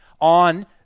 on